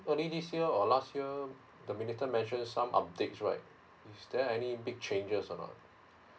only this year or last year the minister mentioned some updates right is there any big changes or not